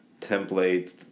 template